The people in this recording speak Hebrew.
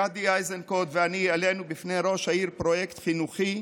גדי איזנקוט ואני העלינו בפני ראש העיר פרויקט חינוכי,